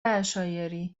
عشایری